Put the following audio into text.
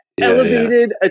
Elevated